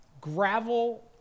gravel